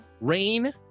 rain